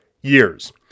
years